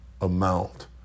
amount